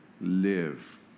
live